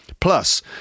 Plus